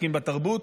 עוסקים בתרבות,